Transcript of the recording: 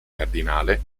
cardinale